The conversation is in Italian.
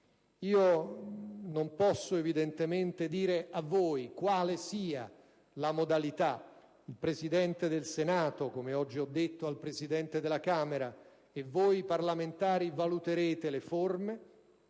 Non posso evidentemente dire a voi quale ne sia la modalità: il Presidente del Senato (e lo stesso ho detto oggi al Presidente della Camera) e voi parlamentari valuterete le forme,